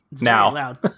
now